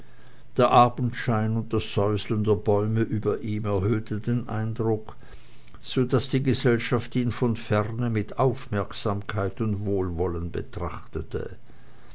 der abendschein und das säuseln der bäume über ihm erhöhte den eindruck so daß die gesellschaft ihn von ferne mit aufmerksamkeit und wohlwollen betrachtete